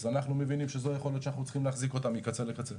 אז אנחנו מבינים שזו יכולת שאנחנו צריכים להחזיק אותה מקצה לקצה.